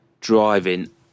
driving